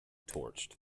torched